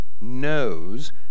knows